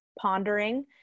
pondering